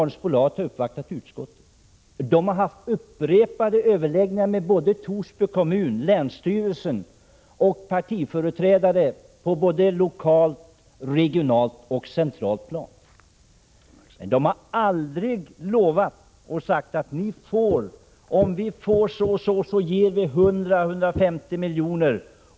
Uddeholm har uppvaktat utskottet och har haft upprepade överläggningar med både Torsby kommun, länsstyrelsen och partiföreträdare på lokalt, regionalt och centralt plan. Bolaget har aldrig lovat att skapa 100 arbetstillfällen om utbyggnaden får göras.